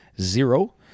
zero